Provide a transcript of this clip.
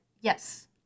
yes